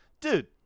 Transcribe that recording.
dude